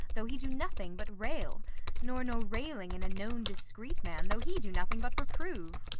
though he do nothing but rail nor no railing in a known discreet man, though he do nothing but reprove.